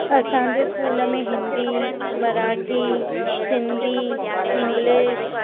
असांजे स्कूल में हिंदी मराठी सिंधी इंग्लिश